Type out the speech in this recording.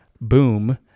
Boom